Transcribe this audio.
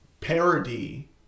parody